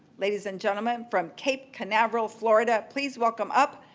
ladies and gentlemen, from cape canaveral, florida, please welcome up,